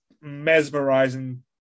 mesmerizing